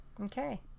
Okay